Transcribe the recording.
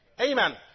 Amen